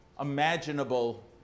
imaginable